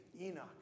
Enoch